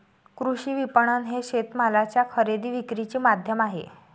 कृषी विपणन हे शेतमालाच्या खरेदी विक्रीचे माध्यम आहे